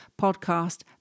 podcast